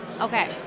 Okay